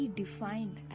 defined